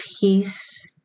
peace